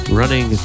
running